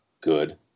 good